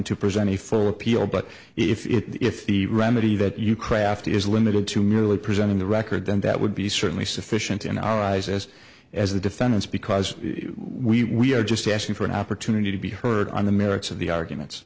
to present a full appeal but if the remedy that you craft is limited to merely presenting the record then that would be certainly sufficient in our eyes as as the defendants because we are just asking for an opportunity to be heard on the merits of the arguments